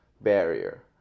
barrier